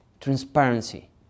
transparency